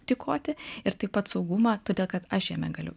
tykoti ir taip pat saugumą todėl kad aš jame galiu